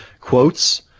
Quotes